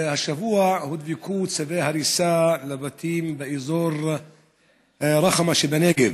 השבוע הודבקו צווי הריסה לבתים באזור רח'מה שבנגב,